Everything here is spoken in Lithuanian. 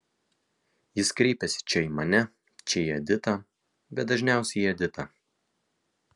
jis kreipiasi čia į mane čia į editą bet dažniausiai į editą